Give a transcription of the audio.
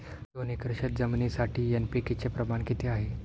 दोन एकर शेतजमिनीसाठी एन.पी.के चे प्रमाण किती आहे?